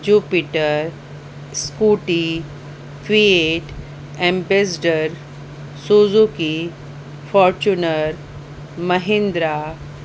Jupiter Scooty Fiat Ambassador Suzuki Fortuner Mahindra